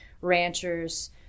ranchers